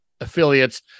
affiliates